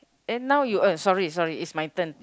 and now you uh sorry sorry is my turn